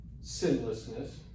sinlessness